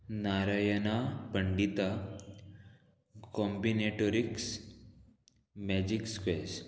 Narayana Pandita combinatorics magic squares